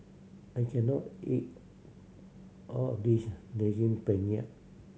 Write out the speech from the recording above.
I can not eat all of this Daging Penyet